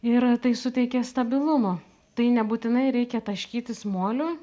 ir tai suteikia stabilumo tai nebūtinai reikia taškytis moliu